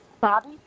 bobby